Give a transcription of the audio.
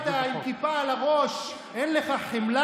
שמ-2018 עבודות של כיבוי אש נכנסו פנימה לתוך המערכת